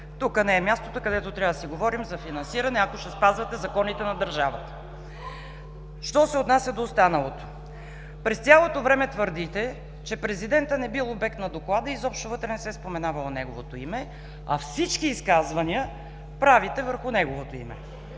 Тук не е мястото, където трябва да си говорим за финансиране, ако ще спазвате законите на държавата. Що се отнася до останалото. През цялото време твърдите, че президентът не е бил обект на Доклада и изобщо вътре не се е споменавало неговото име, а всички изказвания правите върху неговото име.